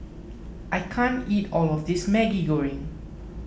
I can't eat all of this Maggi Goreng